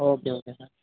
okay okay sir